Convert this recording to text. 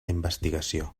investigació